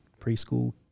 preschool